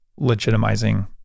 legitimizing